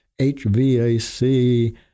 HVAC